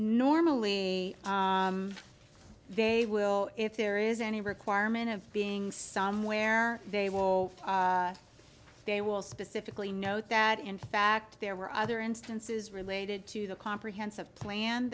normally they will if there is any requirement of being somewhere they will they will specifically note that in fact there were other instances related to the comprehensive plan